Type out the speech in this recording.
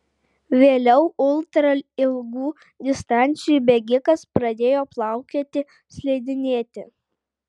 vėliau ultra ilgų distancijų bėgikas pradėjo plaukioti slidinėti